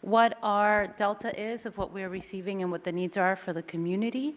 what our delta is of what we are receiving and what the needs are are for the community.